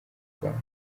rwanda